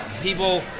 people